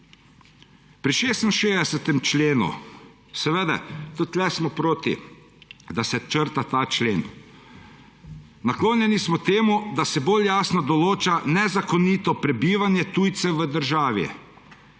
Pri 66. členu – seveda, tudi tu smo proti, da se črta ta člen. Naklonjeni smo temu, da se bolj jasno določa nezakonito prebivanje tujcev v državi,